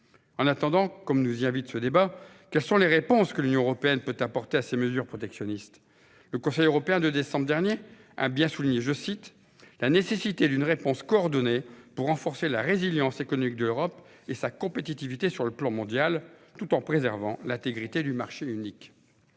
En attendant, comme nous y invite ce débat, il nous faut nous interroger sur les réponses que l'Union européenne peut apporter à ces mesures protectionnistes. Le Conseil européen du mois de décembre dernier a bien souligné « la nécessité d'une réponse coordonnée pour renforcer la résilience économique de l'Europe et sa compétitivité sur le plan mondial, tout en préservant l'intégrité du marché unique ».